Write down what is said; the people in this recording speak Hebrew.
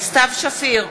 סתיו שפיר,